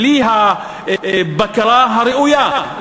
בלי הבקרה הראויה.